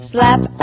Slap